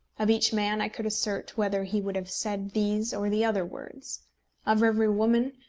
of each man i could assert whether he would have said these or the other words of every woman,